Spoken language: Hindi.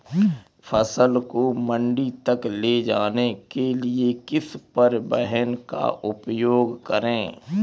फसल को मंडी तक ले जाने के लिए किस परिवहन का उपयोग करें?